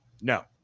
no